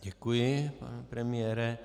Děkuji, pane premiére.